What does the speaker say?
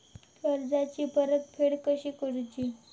कर्जाची परतफेड कशी करुची?